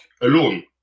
alone